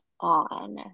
on